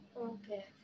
Okay